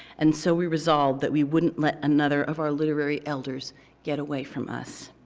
and so we resolved that we wouldn't let another of our literary elders get away from us.